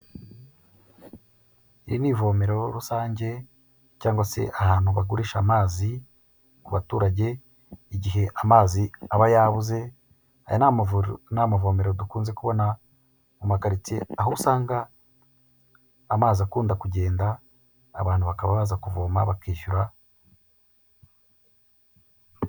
Iri ni ivomero rusange cyangwa se ahantu bagurisha amazi ku baturage igihe amazi aba yabuze, aya ni amavomero dukunze kubona mu makaritsiye aho usanga amazi akunda kugenda abantu bakaba baza kuvoma bakishyura.